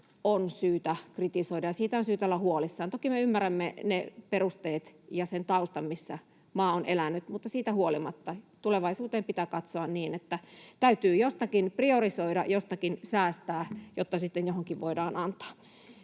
on syytä kritisoida, ja siitä on syytä olla huolissaan. Toki me ymmärrämme ne perusteet ja sen taustan, missä maa on elänyt, mutta siitä huolimatta. Tulevaisuuteen pitää katsoa niin, että täytyy jostakin priorisoida, jostakin säästää, jotta sitten johonkin voidaan antaa.